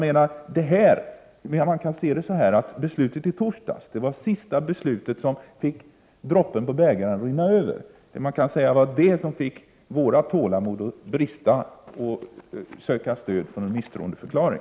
Man kan se det så att beslutet i torsdags var droppen som kom bägaren att rinna över. Man kan säga att det var det beslutet som kom vårt tålamod att brista och fick oss att söka stöd för en misstroendeförklaring.